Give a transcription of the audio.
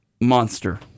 monster